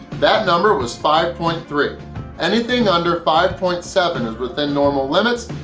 that number was five point three anything under five point seven is within normal limits.